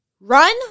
Run